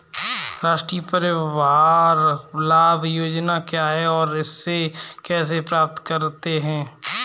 राष्ट्रीय परिवार लाभ परियोजना क्या है और इसे कैसे प्राप्त करते हैं?